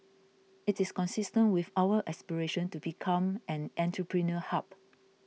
it is consistent with our aspiration to become an entrepreneurial hub